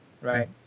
Right